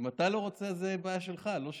אם אתה לא רוצה, זו בעיה שלך, לא שלי.